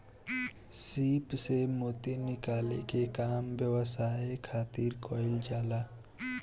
सीप से मोती निकाले के काम व्यवसाय खातिर कईल जाला